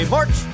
March